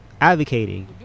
advocating